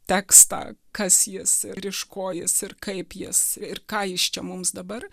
tekstą kas jis ir iš ko jis ir kaip jis ir ką jis čia mums dabar